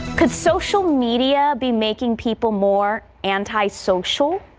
could social media be making people more antisocial.